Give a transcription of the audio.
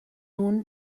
nun